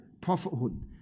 Prophethood